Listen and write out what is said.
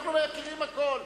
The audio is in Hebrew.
אנחנו מכירים הכול.